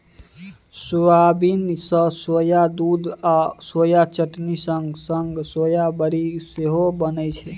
soybean सँ soya दुध आ सोया चटनी संग संग सोया बरी सेहो बनै छै